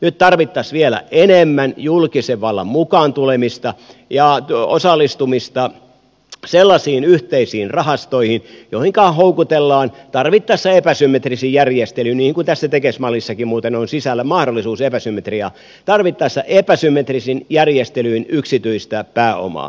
nyt tarvittaisiin vielä enemmän julkisen vallan mukaan tulemista ja osallistumista sellaisiin yhteisiin rahastoihin joihinka houkutellaan tarvittaessa epäsymmetrisin järjestelyin niin kuin tässä tekes mallissakin muuten on sisällä mahdollisuus epäsymmetriaan yksityistä pääomaa